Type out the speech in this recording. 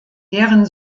deren